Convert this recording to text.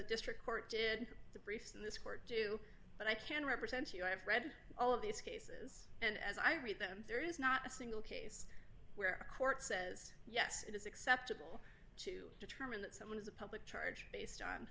district court did the briefs in this court do but i can represent you i've read all of these cases and as i read them there is not a single case where a court says yes it is acceptable to determine that someone is a public charge based on